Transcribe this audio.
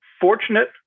fortunate